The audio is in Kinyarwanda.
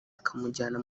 akamujyana